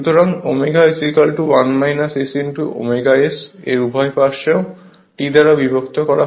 সুতরাং ω ω S এর উভয় পার্শ্ব T দ্বারা বিভক্ত হবে